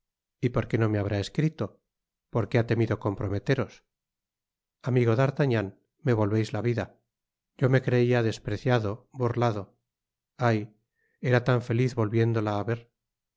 y por qué no me habrá escrito porque ha temido comprometeros amigo d'artagnan mé volveis la vida yo me creia despreciado burlado ay era tan feliz volviéndola á ver